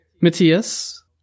Matthias